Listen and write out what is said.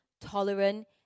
tolerant